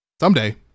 someday